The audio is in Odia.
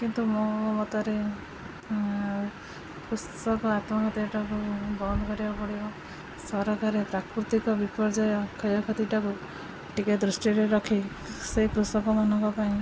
କିନ୍ତୁ ମୋ ମତରେ କୃଷକ ଆତ୍ମହତ୍ୟାଟାକୁ ବନ୍ଦ କରିବାକୁ ପଡ଼ିବ ସରକାର ପ୍ରାକୃତିକ ବିପର୍ଯ୍ୟୟ କ୍ଷୟକ୍ଷତିଟାକୁ ଟିକେ ଦୃଷ୍ଟିରେ ରଖି ସେ କୃଷକମାନଙ୍କ ପାଇଁ